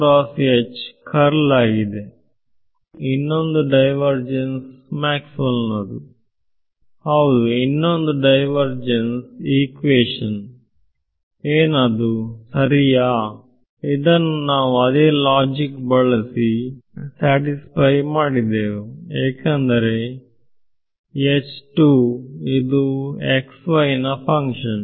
ವಿದ್ಯಾರ್ಥಿ ಇನ್ನೊಂದು ಮ್ಯಾಕ್ಸ್ವೆಲ್ ಇನ್ನೊಂದು ಡೈವರ್ ಜೆನ್ಸ್ ಮ್ಯಾಕ್ಸ್ವೆಲ್ ನದು ಹೌದು ಇನ್ನೊಂದು ಡೈವರ್ ಜೆಂಟ್ಸ್ ಇಕ್ವೇಶನ್ ಏನದು ಸರಿಯಾ ಇದನ್ನು ನಾವು ಅದೇ ಲೋಜೀಕ್ ಬಳಸಿ ಸ್ಯಾಟಿಸ್ಫೈ ಮಾಡಿದೆವು ಏಕೆಂದರೆ ಇದು xy ನ ಫಂಕ್ಷನ್